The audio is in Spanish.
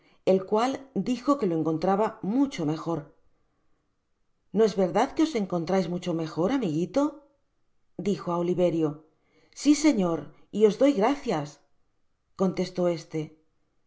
el cual dijo que lo encontraba mucho mejor no es verdad que os encontrais mucho mejor amiguito dijo á oliverio si señor y os tloy gracias contestó este ya